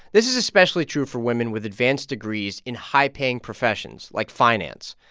this is especially true for women with advanced degrees in high-paying professions like finance.